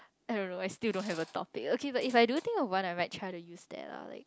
I don't know I still don't have a topic okay but if I do think of one I might try to use that ah like